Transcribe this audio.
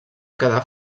quedar